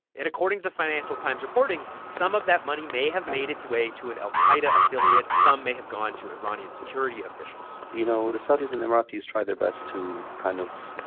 and according to the financial times' reporting, some of that money may have made its way to an al-qaida affiliate. some may have gone to iranian security officials you know, the saudis and the iraqis try their best to kind of